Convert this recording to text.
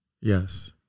Yes